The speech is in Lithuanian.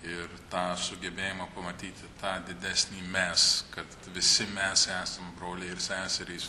ir tą sugebėjimą pamatyti tą didesnį mes kad visi mes esam broliai ir seserys